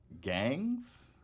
gangs